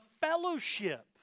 fellowship